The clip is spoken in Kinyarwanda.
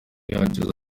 yacu